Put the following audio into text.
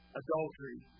adultery